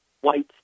white